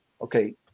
Okay